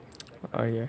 oh ya